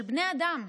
של בני אדם.